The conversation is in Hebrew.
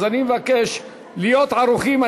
אז אני מבקש להיות ערוכים.